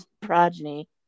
progeny